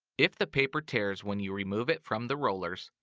if the paper tears when you remove it from the rollers,